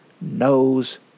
knows